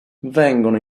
vengono